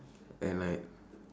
and like